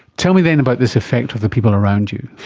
tell me then about this effect of the people around you,